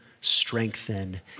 strengthen